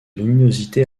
luminosité